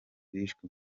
bishwe